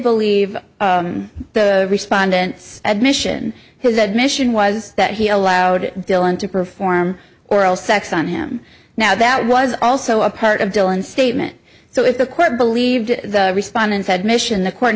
believe the respondents admission his admission was that he allowed dylan to perform oral sex on him now that was also a part of dylan's statement so if the quote believed the respondent said mission the court